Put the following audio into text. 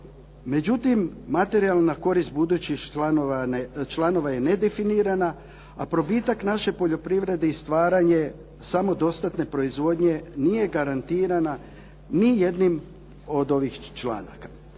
Međutim, materijalna korist budućih članova je nedefinirana, a probitak naše poljoprivrede i stvaranje samodostatne proizvodnje nije garantirana ni jednim od ovih članaka.